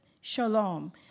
shalom